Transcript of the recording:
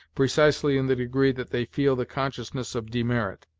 precisely in the degree that they feel the consciousness of demerit